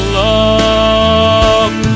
love